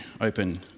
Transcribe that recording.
open